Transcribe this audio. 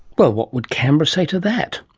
well what would canberra say to that?